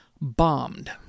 bombed